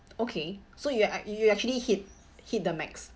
okay so you are you actually hit hit the max